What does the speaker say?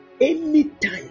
Anytime